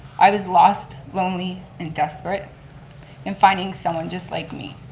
i was lost, lonely and desperate in finding someone just like me.